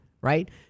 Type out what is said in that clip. right